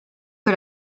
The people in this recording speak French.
que